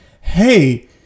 hey